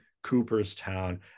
cooperstown